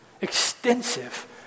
extensive